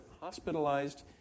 hospitalized